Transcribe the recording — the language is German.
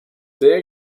sehr